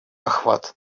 охват